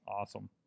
Awesome